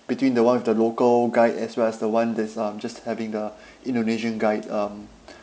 between the one with the local guide as well as the one that's um just having the indonesian guide um